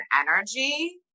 energy